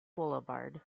boulevard